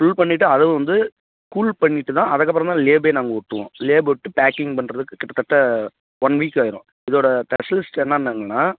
full பண்ணிட்டு அத வந்து கூல் பண்ணிவிட்டுதான் அதுக்கப்புறந்தான் லேபிளே நாங்கள் ஒட்டுவோம் லேபிள் ஒட்டி பேக்கிங் பண்ணுறதுக்கு கிட்டத்தட்ட ஒன் வீக் ஆகிரும் இதோடய பெஷலிஸ்ட் என்னென்னங்கன்னா